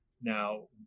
Now